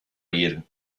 mehl